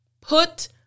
Put